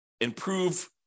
improve